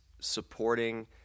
supporting